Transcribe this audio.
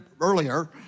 earlier